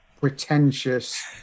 pretentious